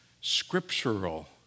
scriptural